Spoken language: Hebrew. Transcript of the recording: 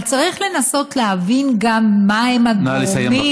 אבל צריך לנסות להבין גם מהם הגורמים,